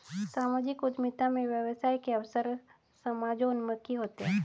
सामाजिक उद्यमिता में व्यवसाय के अवसर समाजोन्मुखी होते हैं